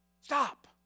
stop